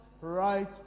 right